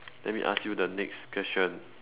let me ask you the next question